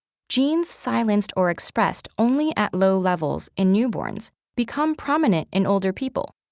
genes silenced or expressed only at low levels in newborns become prominent in older people,